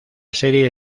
serie